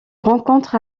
rencontre